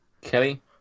Kelly